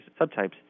subtypes